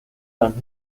las